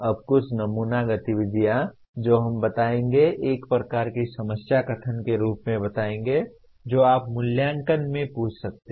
अब कुछ नमूना गतिविधियाँ जो हम बताएंगे एक प्रकार की समस्या कथन के रूप में बताएंगे जो आप मूल्यांकन में पूछ सकते हैं